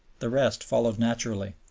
the rest followed naturally.